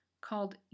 called